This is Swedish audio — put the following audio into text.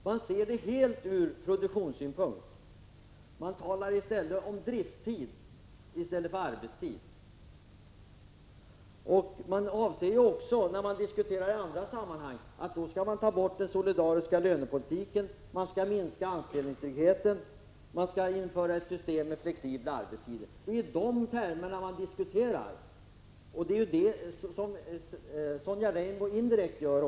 Man ser det helt ur produktionssynpunkt, och man talar om drifttid i stället för arbetstid. Man avser också, när man diskuterar i andra sammanhang, att ta bort den solidariska lönepolitiken, minska anställningstryggheten och införa ett system med flexibel arbetstid. Det är alltså i de termerna man diskuterar, och det är vad Sonja Rembo också indirekt gör.